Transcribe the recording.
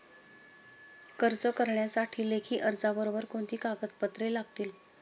कर्ज करण्यासाठी लेखी अर्जाबरोबर कोणती कागदपत्रे लागतील?